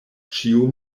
ĉio